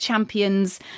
champions